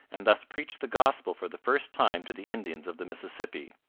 and thus preached the gospel for the first time to the indians of the mississippi.